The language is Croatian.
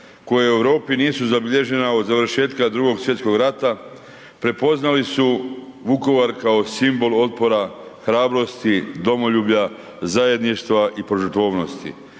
koje u Europi nisu zabilježena od završetka II. Svjetskog rata prepoznali su Vukovar kao simbol otpora, hrabrosti, domoljublja, zajedništva i požrtvovanosti.